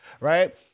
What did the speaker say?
Right